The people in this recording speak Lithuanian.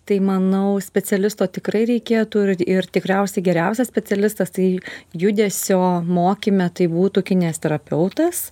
tai manau specialisto tikrai reikėtų ir ir tikriausiai geriausias specialistas tai judesio mokyme tai būtų kineziterapeutas